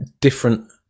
different